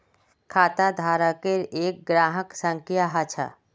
खाताधारकेर एक ग्राहक संख्या ह छ